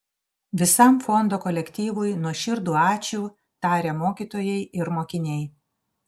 visam fondo kolektyvui nuoširdų ačiū taria mokytojai ir mokiniai